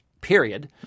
period